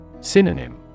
Synonym